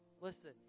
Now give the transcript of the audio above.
Listen